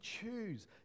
choose